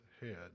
head